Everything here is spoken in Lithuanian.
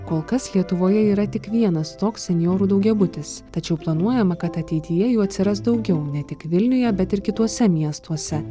kol kas lietuvoje yra tik vienas toks senjorų daugiabutis tačiau planuojama kad ateityje jų atsiras daugiau ne tik vilniuje bet ir kituose miestuose